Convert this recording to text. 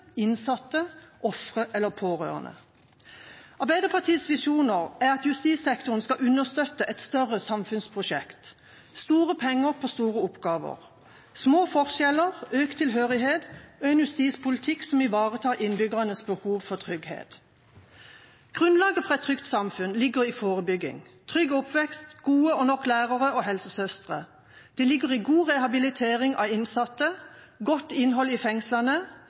innsatte, ofre eller pårørende. Arbeiderpartiets visjoner er at justissektoren skal understøtte et større samfunnsprosjekt – store penger på store oppgaver, små forskjeller, økt tilhørighet og en justispolitikk som ivaretar innbyggernes behov for trygghet. Grunnlaget for et trygt samfunn ligger i forebygging – trygg oppvekst, gode og nok lærere og helsesøstre. Det ligger i god rehabilitering av innsatte, godt innhold i